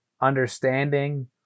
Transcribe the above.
understanding